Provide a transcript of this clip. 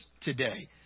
today